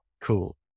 Cool